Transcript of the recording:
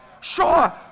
Sure